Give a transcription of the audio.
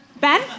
Ben